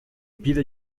pide